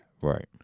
Right